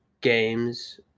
games